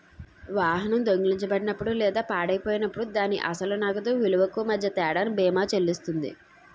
వాహనం దొంగిలించబడినప్పుడు లేదా పాడైపోయినప్పుడు దాని అసలు నగదు విలువకు మధ్య తేడాను బీమా చెల్లిస్తుంది